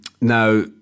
Now